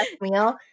meal